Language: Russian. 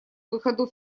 выходу